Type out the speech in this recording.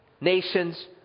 nations